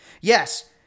Yes